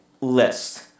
list